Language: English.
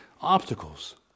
obstacles